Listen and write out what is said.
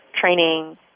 training